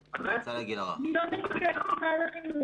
--- אבקש להעלות את חגי פורגס